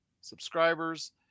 subscribers